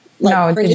No